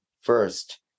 first